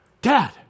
Dad